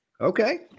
okay